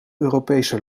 europese